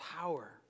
power